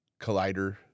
Collider